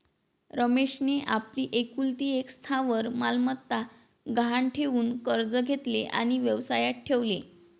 रमेशने आपली एकुलती एक स्थावर मालमत्ता गहाण ठेवून कर्ज घेतले आणि व्यवसायात ठेवले